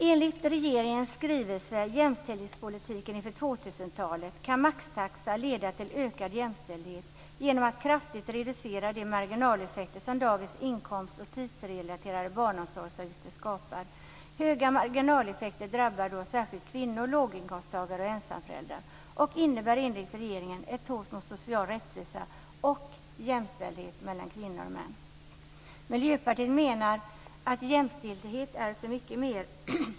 Enligt regeringens skrivelse Jämställdhetspolitiken inför 2000-talet kan maxtaxa leda till ökad jämställdhet genom att de marginaleffekter kraftigt reduceras som dagens inkomstoch tidsrelaterade barnomsorgsavgifter skapar. Stora marginaleffekter drabbar då särskilt kvinnor, låginkomsttagare och ensamföräldrar och innebär enligt regeringen ett hot mot social rättvisa och jämställdhet mellan kvinnor och män. Vi i Miljöpartiet menar att jämställdhet är så mycket mer.